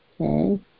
Okay